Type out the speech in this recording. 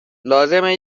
لازمه